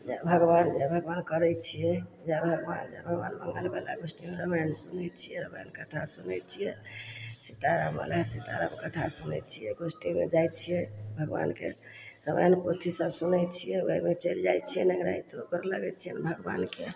जय भगवान जय भगवान करय छियै जय भगवान जय भगवान मंगल बला गोष्ठीमे रामायण सुनय छियै रामायण कथा सुनय छियै सीता रामवला सीता राम कथा सुनय छियै गोष्ठीमे जाइ छियै भगवानके रामायण पोथी सब सुनय छियै ओइमे चलि जाइ छियै नँगराइतो गोर लगय छियनि भगवानके